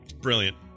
Brilliant